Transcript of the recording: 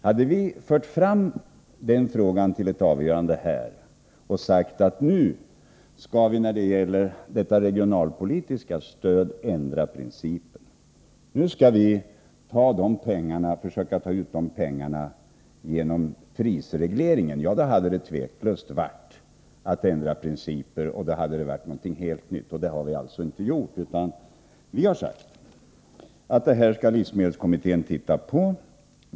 Hade vi fört fram den frågan till ett avgörande här och sagt att vi nu när det gäller detta regionalpolitiska stöd skall ändra principen och försöka ta ut pengarna genom prisregleringen, hade det utan tvivel varit att ändra principer. Det hade inneburit någonting helt nytt. Det har vi alltså inte gjort, utan vi har sagt att livsmedelskommittén skall titta på detta.